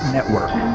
Network